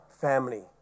family